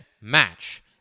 match